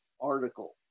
article